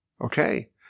Okay